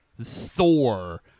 Thor